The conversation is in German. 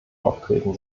auftreten